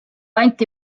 anti